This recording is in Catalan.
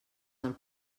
del